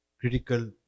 critical